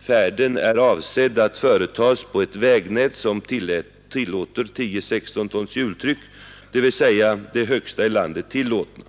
Färden är avsedd att företas på ett vägnät som tillåter 10/16 tons hjultryck, dvs. det högsta i landet tillåtna.